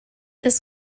this